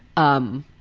um,